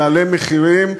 יעלה מחירים,